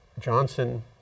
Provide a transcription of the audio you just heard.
Johnson